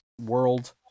world